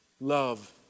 love